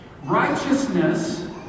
Righteousness